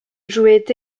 jouait